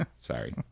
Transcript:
Sorry